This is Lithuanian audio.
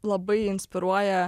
labai inspiruoja